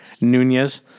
Nunez